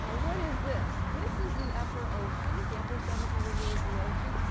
ah what is this? this is the upper ocean, the upper seven hundred meters of the ocean.